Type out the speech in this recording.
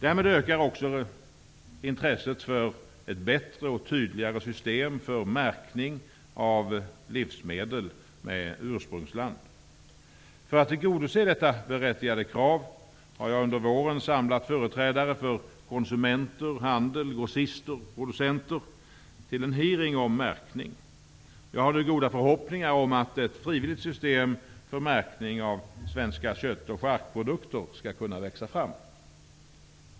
Därmed ökar också intresset för ett bättre och tydligare system för märkning av livsmedel med ursprungsland. För att tillgodose detta berättigade krav har jag under våren samlat företrädare för konsumenter, handel, grossister och producenter till en hearing om märkning. Jag har nu goda förhoppningar om att ett frivilligt system för märkning av svenska kött och charkprodukter skall kunna växa fram.